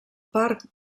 parc